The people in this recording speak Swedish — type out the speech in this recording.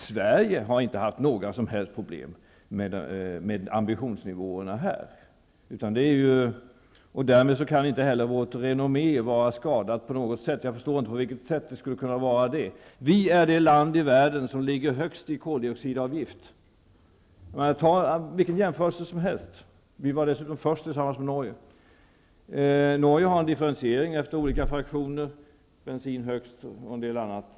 Sverige har däremot inte haft några som helst problem med sina ambitionsnivåer i detta sammanhang, och därmed kan inte heller vårt renommé vara skadat på något sätt -- jag förstår inte på vilket sätt det skulle vara skadat. Sverige är det land i världen som ligger högst i koldioxidavgift. Ta vilken jämförelse som helst! Vi var dessutom först tillsammans med Norge. Norge har en differentiering, med den högsta avgiften på bensin och litet lägre avgift på en del annat.